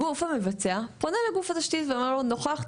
הגוף המבצע פונה לגוף התשתית ואומר לו: ״נוכחתי